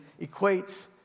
equates